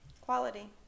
Quality